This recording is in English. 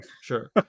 sure